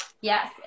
Yes